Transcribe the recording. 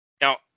Now